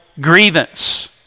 grievance